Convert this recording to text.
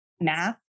math